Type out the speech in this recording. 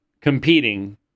competing